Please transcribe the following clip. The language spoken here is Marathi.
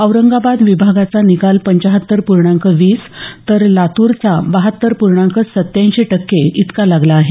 औरंगाबाद विभागाचा निकाल पंचाहत्तर पूर्णांक वीसतर लातूरचा बहात्तर पूर्णांक सत्त्याऐंशी टक्के इतका लागला आहे